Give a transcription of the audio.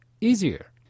easier